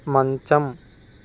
మంచం